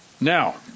Now